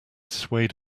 swayed